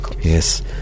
Yes